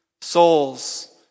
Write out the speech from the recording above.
souls